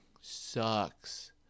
sucks